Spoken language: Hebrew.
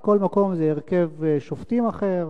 כי כל מקום זה הרכב שופטים אחר